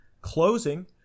closing